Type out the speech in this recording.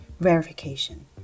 verification